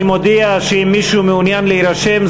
אני מודיע שאם מישהו מעוניין להירשם,